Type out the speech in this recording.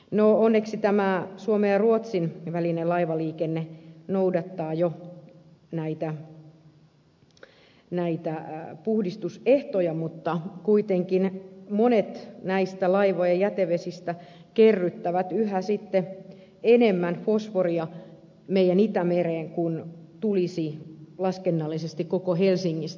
no onneksi tämä suomen ja ruotsin välinen laivaliikenne noudattaa jo näitä puhdistusehtoja mutta kuitenkin monet näistä laivojen jätevesistä kerryttävät sitten yhä enemmän fosforia meidän itämereemme kuin tulisi laskennallisesti koko helsingistä